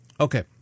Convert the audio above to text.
Okay